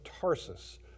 Tarsus